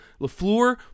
Lafleur